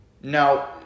Now